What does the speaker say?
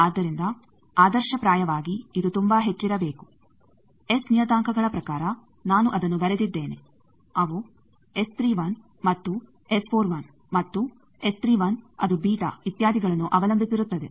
ಆದ್ದರಿಂದ ಆದರ್ಶಪ್ರಾಯವಾಗಿ ಇದು ತುಂಬಾ ಹೆಚ್ಚಿರಬೇಕು ಎಸ್ ನಿಯತಾಂಕಗಳ ಪ್ರಕಾರ ನಾನು ಅದನ್ನು ಬರೆದಿದ್ದೇನೆ ಅವು ಮತ್ತು ಮತ್ತು ಅದು ಬೀಟಾ ಇತ್ಯಾದಿ ಗಳನ್ನು ಅವಲಂಬಿಸಿರುತ್ತದೆ